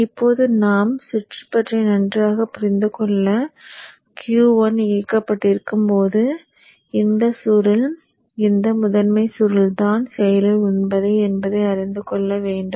இப்போது நாம் சுற்று பற்றி நன்றாக புரிந்து கொள்ள Q1 இயக்கப்பட்டிருக்கும்போது இந்த சுருள் இந்த முதன்மை சுருள்தான் செயலில் உள்ளது என்பதை அறிந்து கொள்ள வேண்டும்